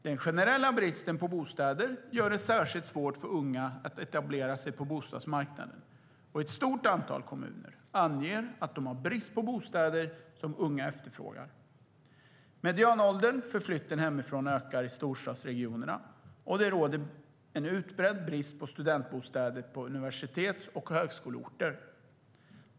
Den generella bristen på bostäder gör det särskilt svårt för unga att etablera sig på bostadsmarknaden, och ett stort antal kommuner anger att de har brist på bostäder som unga efterfrågar. Medianåldern för flytten hemifrån ökar i storstadsregionerna, och det råder en utbredd brist på studentbostäder på universitets och högskoleorter.